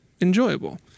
enjoyable